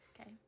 Okay